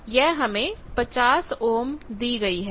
यह हमें 50 ओम दी गई है